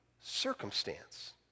circumstance